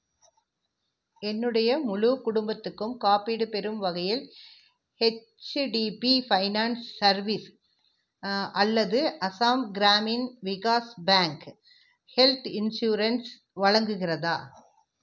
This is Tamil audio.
என்னுடைய முழு குடும்பத்துக்கும் காப்பீடு பெறும் வகையில் ஹெச்டிபி ஃபைனான்ஸ் சர்வீசஸ் அல்லது Assam Gramin Vikash bank health insurance வழங்குகிறதா